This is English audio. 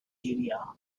area